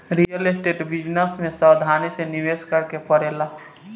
real estate business में सावधानी से निवेश करे के पड़ेला